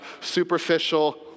superficial